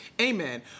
amen